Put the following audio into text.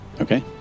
okay